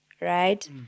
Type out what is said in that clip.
right